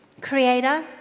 creator